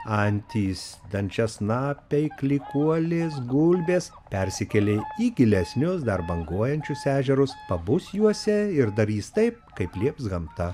antys dančiasnapiai klykuolės gulbės persikėlė į gilesnius dar banguojančius ežerus pabus juose ir darys taip kaip lieps gamta